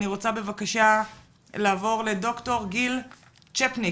אני רוצה לעבור לד"ר גיל ציפניק,